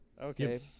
Okay